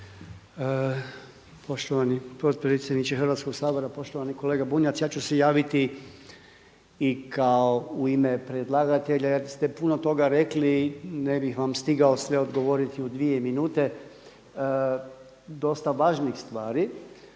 Poštovani potpredsjedniče Hrvatskog sabora, poštovani kolega Bunjac. Ja ću se javiti i kao u ime predlagatelja jer ste puno toga rekli ne bih vam stigao sve odgovoriti u dvije minute, dosta važnih stvari.